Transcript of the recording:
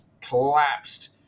collapsed